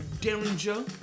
Derringer